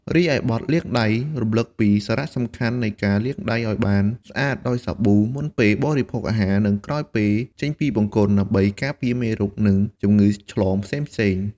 រីឯបទ "លាងដៃ" រំលឹកពីសារៈសំខាន់នៃការលាងដៃឲ្យបានស្អាតដោយសាប៊ូ មុនពេលបរិភោគអាហារ និងក្រោយពេលចេញពីបង្គន់ ដើម្បីការពារមេរោគ និងជំងឺឆ្លងផ្សេងៗ។